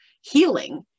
healing